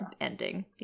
ending